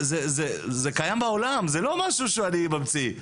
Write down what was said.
זה קיים בעולם, זה לא משהו שאני ממציא.